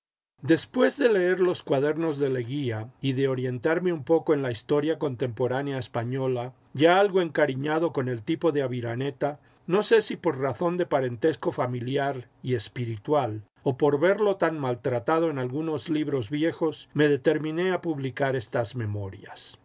después de leer los cuadernos de leguía y de orientarme un poco en la historia contemporánea española ya algo encariñado con el tipo de aviraneta no sé si por razón de parentesco familiar y espiritual o por verlo tan maltratado en algunos libros viejos me determiné a publicar estas memorias